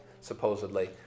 supposedly